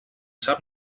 sap